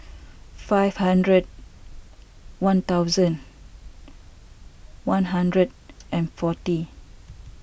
five hundred one thousand one hundred and forty